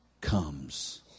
comes